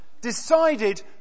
decided